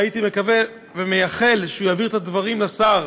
ואני מקווה ומייחל שהוא יעביר את הדברים לשר.